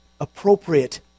appropriate